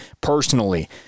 personally